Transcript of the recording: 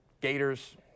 Gators